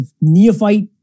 neophyte